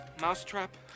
mousetrap